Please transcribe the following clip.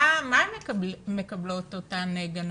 מה מקבלות אותן גננות?